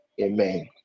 Amen